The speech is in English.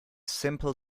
simple